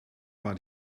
war